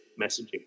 messaging